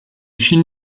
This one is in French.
film